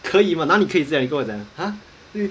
可以吗哪里可以这样你跟我讲 !huh!